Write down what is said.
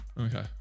Okay